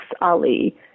Ali